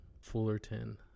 Fullerton